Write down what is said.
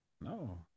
No